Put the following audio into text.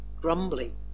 grumbling